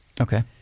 okay